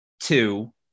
two